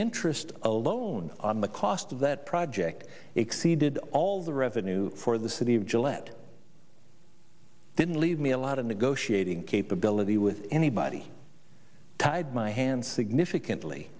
interest alone on the cost of that project exceeded all the revenue for the city of gillette didn't leave me a lot of negotiating capability with anybody tied my hands significantly